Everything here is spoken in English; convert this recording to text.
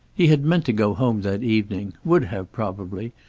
he had meant to go home that evening, would have, probably,